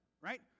right